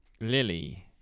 Lily